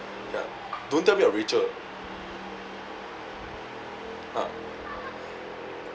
ya don't tell about rachel ah